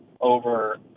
over